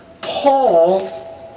Paul